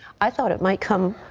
i thought it might come.